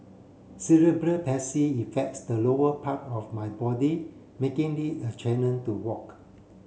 Cerebral Palsy affects the lower part of my body making it a challenge to walk